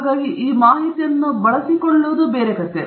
ಹಾಗಾಗಿ ಈ ಮಾಹಿತಿಯನ್ನು ಬಳಸಿಕೊಳ್ಳುವುದು ಬೇರೆ ಕಥೆ